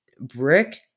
Brick